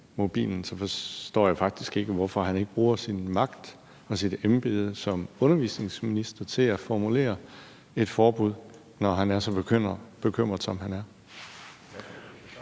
så forstår jeg faktisk ikke, hvorfor han ikke bruger sin magt og sit embede som undervisningsminister til at formulere et forbud, når han er så bekymret, som han er.